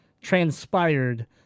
transpired